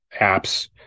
apps